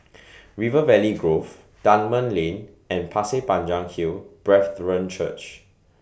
River Valley Grove Dunman Lane and Pasir Panjang Hill Brethren Church